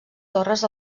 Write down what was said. torres